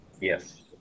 Yes